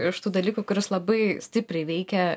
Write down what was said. iš tų dalykų kuris labai stipriai veikia